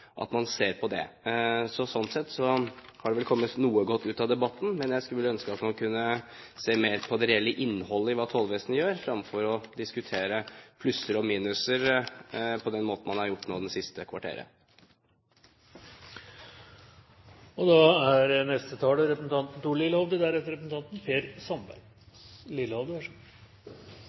ser på det. Sånn sett har det vel kommet noe godt ut av debatten, men jeg skulle vel ønske at man kunne se mer på det reelle innholdet i hva tollvesenet gjør, fremfor å diskutere plusser og minuser på den måten man har gjort nå det siste kvarteret. Jeg skjønner at representanten Ørsal Johansen er